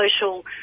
social